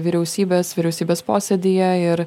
vyriausybės vyriausybės posėdyje ir